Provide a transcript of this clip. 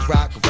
Rock